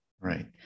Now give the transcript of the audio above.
Right